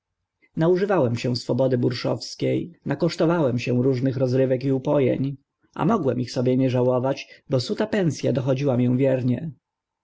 podołać naużywałem się swobody burszowskie nakosztowałem różnych rozrywek i upo eń a mogłem ich sobie nie żałować bo suta pens a dochodziła mię wiernie